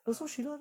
ah